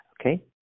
Okay